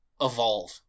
evolve